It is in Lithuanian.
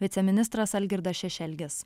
viceministras algirdas šešelgis